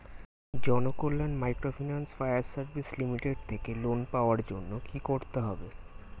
Janakalyan microfinance fire service limited থেকে loan পাওয়ার জন্য কি করতে হবে?